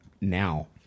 now